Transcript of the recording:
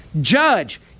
Judge